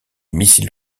missiles